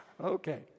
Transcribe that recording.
Okay